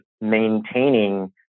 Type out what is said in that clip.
maintaining